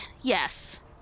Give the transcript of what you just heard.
yes